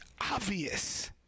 obvious